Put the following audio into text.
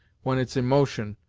when it's in motion,